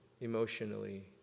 emotionally